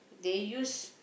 they use